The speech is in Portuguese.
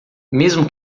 mesmo